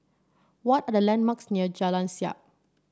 what are the landmarks near Jalan Siap